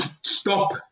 stop